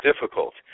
difficult